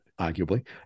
arguably